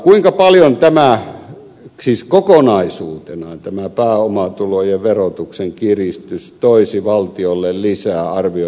kuinka paljon kokonaisuutenaan tämä pääomatulojen verotuksen kiristys toisi valtiolle arvioiden mukaan lisää verotuloja